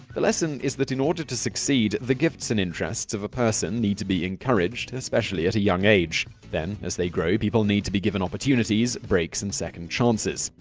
the lesson is that in order to succeed, the gifts and interests of a person need to be encouraged, especially at a young age. then as they grow up, people need to be given opportunities, breaks and second chances.